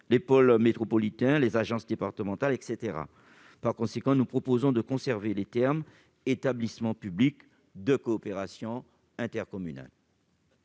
les pôles métropolitains, les agences départementales, etc. Par conséquent, nous proposons de la remplacer par les termes « les établissements publics de coopération intercommunale ».